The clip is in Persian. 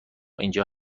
اینجا